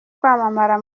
kwamamara